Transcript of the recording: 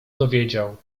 dowiedział